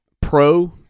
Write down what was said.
pro